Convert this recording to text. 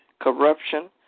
corruption